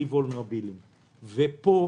אלה הכול